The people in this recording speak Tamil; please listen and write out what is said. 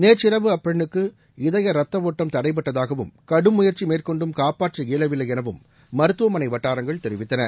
நேற்று இரவு அப்பெண்னுக்கு இதய ரத்த ஒட்டம் தடைப்பட்டதாகவும் கடும் முயற்சி மேற்கொண்டும் காப்பாற்ற இயலவில்லை எனவும் மருத்துவமனை வட்டாரங்கள் தெரிவித்தன